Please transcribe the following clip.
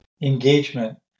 engagement